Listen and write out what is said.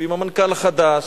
ועם המנכ"ל החדש,